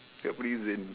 kat prison